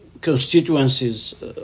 constituencies